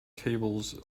tables